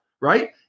right